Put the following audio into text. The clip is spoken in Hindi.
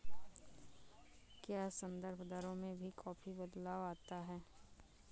क्या संदर्भ दरों में भी काफी बदलाव आता है?